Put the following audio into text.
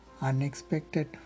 unexpected